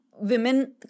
women